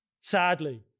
Sadly